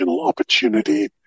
opportunity